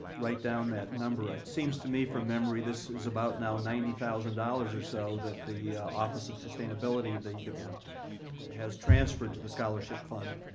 write down that number. ah it seems to me from memory this is about now ninety thousand dollars or so that the office of sustainability ah has transferred to the scholarship fund,